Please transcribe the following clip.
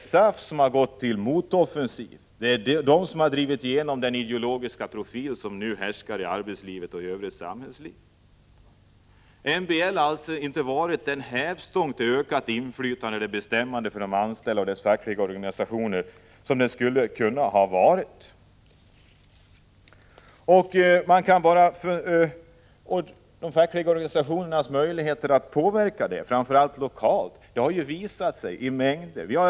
SAF har gått till motoffensiv och drivit igenom sin ideologiska profil i arbetslivet och i övrigt samhällsliv. MBL har alltså inte blivit den hävstång till ökat inflytande eller bestämmande för de anställda och deras fackliga organisationer som den skulle ha kunnat vara. De fackliga organisationernas bristande möjligheter att påverka, framför allt lokalt, har visat sig i mängder av fall.